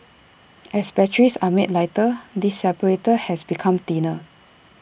as batteries are made lighter this separator has become thinner